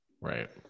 right